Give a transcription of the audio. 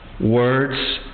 Words